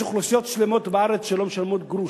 יש אוכלוסיות שלמות בארץ שלא משלמות גרוש,